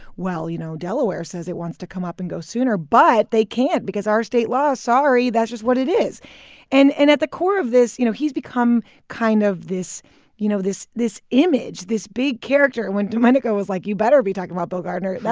well, you know, delaware says it wants to come up and go sooner, but they can't because of our state law. sorry. that's just what it is and and at the core of this, you know, he's become kind of this you know, this this image, this big character. and when domenico was like, you better be talking about bill gardner, yeah